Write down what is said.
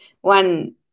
one